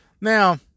Now